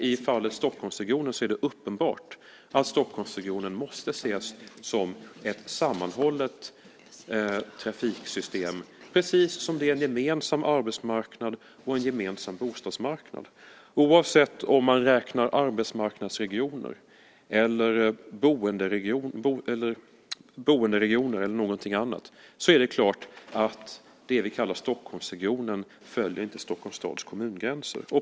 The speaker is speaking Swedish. I fallet Stockholmsregionen är det uppenbart att Stockholmsregionen måste ses som ett sammanhållet trafiksystem, precis som det är en gemensam arbetsmarknad och en gemensam bostadsmarknad. Oavsett om man räknar arbetsmarknadsregioner eller boenderegioner eller om man räknar någonting annat är det klart att det vi kallar för Stockholmsregionen inte följer Stockholms stads kommungränser.